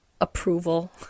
approval